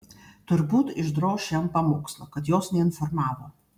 turbūt išdroš jam pamokslą kad jos neinformavo